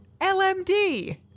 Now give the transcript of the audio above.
LMD